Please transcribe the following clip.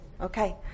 Okay